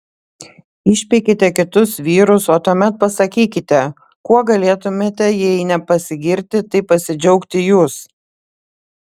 išpeikėte kitus vyrus o tuomet pasakykite kuo galėtumėte jei ne pasigirti tai pasidžiaugti jūs